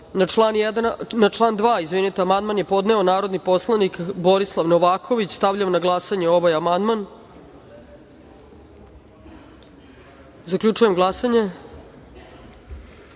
član 7. amandman je podneo narodni poslanik Borislav Novaković. Stavljam na glasanje ovaj amandman. Zaključujem glasanje: